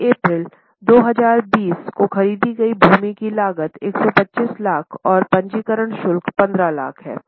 पहली अप्रैल 2020 को खरीदी गई भूमि की लागत 125 लाख और पंजीकरण शुल्क 15 लाख हैं